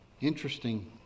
Interesting